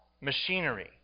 machinery